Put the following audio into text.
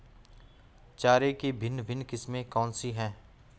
चारे की भिन्न भिन्न किस्में कौन सी हैं?